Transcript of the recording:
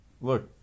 look